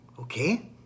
okay